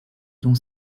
dont